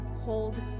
hold